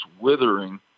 withering